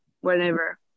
Whenever